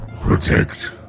Protect